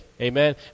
Amen